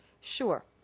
Sure